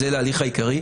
זה להליך העיקרי.